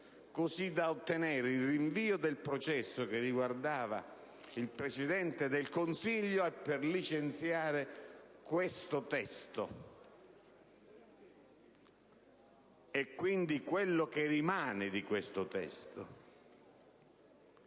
così da ottenere il rinvio del processo che riguardava il Presidente del Consiglio, per licenziare questo testo e quindi quello che rimane di questo testo.